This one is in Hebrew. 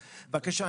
אז בבקשה,